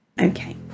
Okay